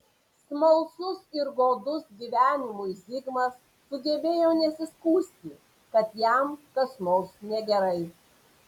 smalsus ir godus gyvenimui zigmas sugebėjo nesiskųsti kad jam kas nors negerai